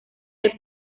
del